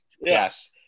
Yes